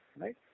right